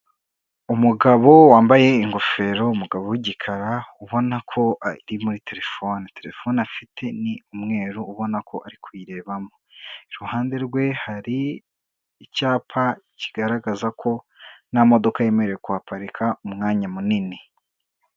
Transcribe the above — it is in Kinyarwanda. Umugabo wambaye ingofero, Umugabo w'igikara, ubona ko ari muri telefoni, telefone afite ni umweru ubona ko ari kuyirebamo, iruhande rwe hari icyapa kigaragaza ko nta modoka yemerewe kuhaparika umwanya munini.